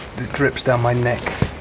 drips down my neck.